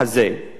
שבא